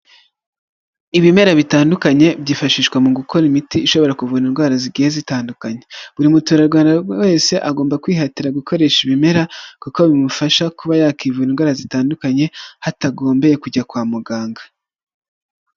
Ibimera bitandukanye byifashishwa mu gukora imiti ishobora kuvura indwara zigiye zitandukanye. Buri muturarwanda buri wese agomba kwihatira gukoresha ibimera kuko bimufasha kuba yakivura indwara zitandukanye hatagombeye kujya kwa muganga.